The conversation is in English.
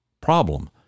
Problem